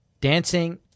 dancing